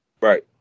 right